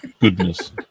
goodness